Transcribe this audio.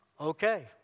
okay